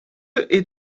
est